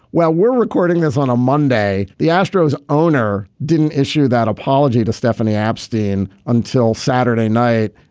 well we're recording this on a monday. the astros owner didn't issue that apology to stephanie abstinent until saturday night.